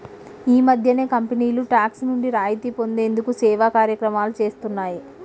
ఈ మధ్యనే కంపెనీలు టాక్స్ నుండి రాయితీ పొందేందుకు సేవా కార్యక్రమాలు చేస్తున్నాయి